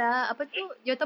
hmm